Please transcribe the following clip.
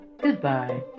Goodbye